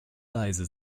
leise